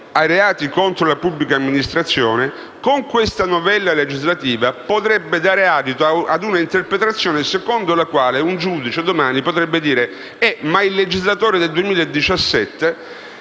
ai reati contro la pubblica amministrazione, questa novella legislativa potrebbe dare adito a una interpretazione secondo la quale un giudice, in futuro, potrebbe sostenere che il legislatore del 2017,